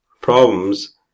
problems